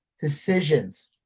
decisions